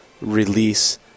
release